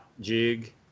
jig